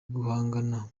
guhangana